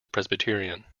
presbyterian